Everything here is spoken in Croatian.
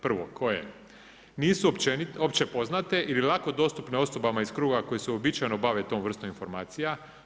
Prvo koje nisu opće poznate ili lako dostupne osobama iz kruga koje se uobičajeno bave tom vrstom informacija.